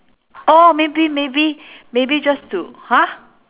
oh maybe maybe maybe just to !huh!